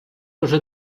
уже